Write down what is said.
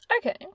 Okay